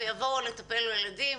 אולי נציע להם להיות מטפלים.